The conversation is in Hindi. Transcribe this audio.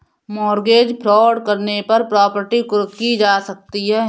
मॉर्गेज फ्रॉड करने पर प्रॉपर्टी कुर्क की जा सकती है